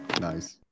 nice